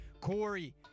Corey